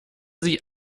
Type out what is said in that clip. sie